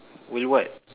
will what